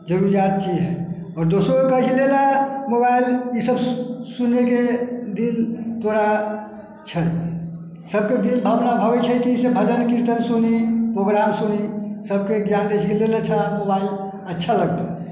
जरूरी चीज अइ आओर दोसरोके कहै छिए लैलए मोबाइल ईसब सुनैके दिन तोरा छै सबके दिल भावना अबै छै की से भजन कीर्तन सुनी प्रोग्राम सुनी सबके ज्ञान दै छिए की लेले छऽ मोबाइल अच्छा लगतऽ